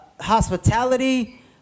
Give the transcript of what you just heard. hospitality